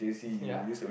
ya